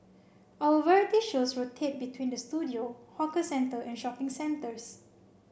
our variety shows rotate between the studio hawker centre and shopping centres